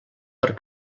per